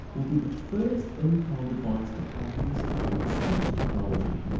would be the first in-car device to offer this kind of speech technology,